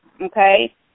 okay